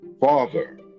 Father